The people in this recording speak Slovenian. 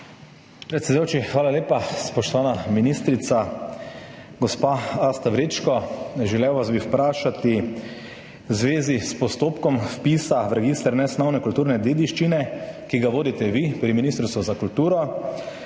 Predsedujoči, hvala lepa. Spoštovana ministrica gospa Asta Vrečko, želel vas bi vprašati v zvezi s postopkom vpisa v register nesnovne kulturne dediščine, ki ga vodite vi pri Ministrstvu za kulturo.